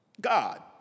God